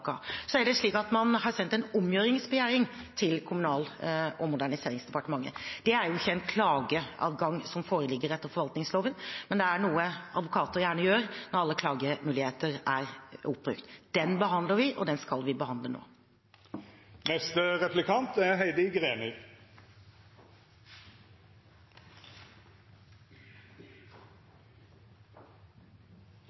Y-blokka. Så er det slik at man har sendt en omgjøringsbegjæring til Kommunal- og moderniseringsdepartementet. Det er jo ikke en klageadgang som foreligger etter forvaltningsloven, men det er noe advokater gjerne gjør når alle klagemuligheter er oppbrukt. Den behandler vi, og den skal vi behandle nå.